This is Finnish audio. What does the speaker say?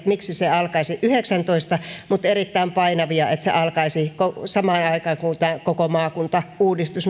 sille että se alkaisi yhdeksäntoista mutta erittäin painavia että se alkaisi samaan aikaan kuin tämä koko maakuntauudistus